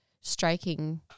striking